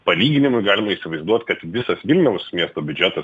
palyginimui galima įsivaizduot kad visas vilniaus miesto biudžetas